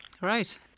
Right